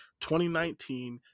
2019